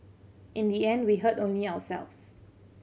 in the end we hurt only ourselves